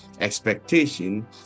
expectation